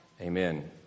Amen